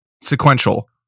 sequential